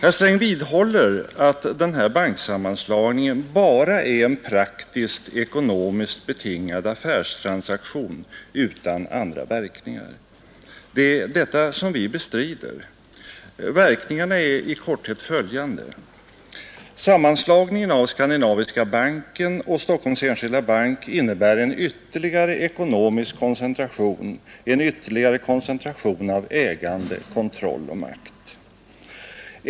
Herr Sträng vidhåller att denna banksammanslagning bara är en praktiskt-ekonomiskt betingad affärstransaktion utan andra verkningar. Det är den saken vi bestrider. Verkningarna är i korthet följande. Sammanslagningen av Skandinaviska banken och Stockholms enskilda bank innebär en ytterligare ekonomisk koncentration av ägande, kontroll och makt.